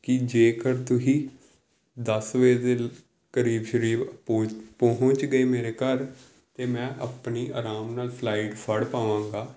ਕਿ ਜੇਕਰ ਤੁਸੀਂ ਦਸ ਵਜੇ ਦੇ ਕਰੀਬ ਸ਼ਰੀਬ ਪਹੁੰ ਪਹੁੰਚ ਗਏ ਮੇਰੇ ਘਰ ਤਾਂ ਮੈਂ ਆਪਣੀ ਆਰਾਮ ਨਾਲ ਫਲਾਈਟ ਫੜ ਪਾਵਾਂਗਾ